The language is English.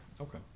Okay